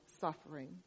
suffering